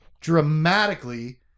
dramatically